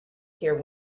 here